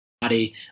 body